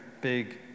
big